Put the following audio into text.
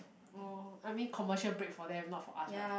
oh I mean commercial break for them not for us right